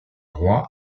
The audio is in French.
roy